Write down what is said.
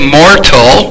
mortal